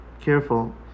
careful